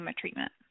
treatment